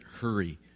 hurry